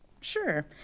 Sure